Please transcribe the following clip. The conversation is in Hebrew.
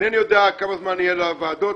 אינני יודע כמה זמן יהיה לדיון בוועדות,